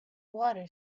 water